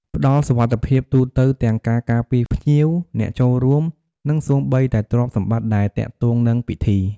ផ្តល់សុវត្ថិភាពទូទៅទាំងការការពារភ្ញៀវ អ្នកចូលរួម និងសូម្បីតែទ្រព្យសម្បត្តិដែលទាក់ទងនឹងពិធី។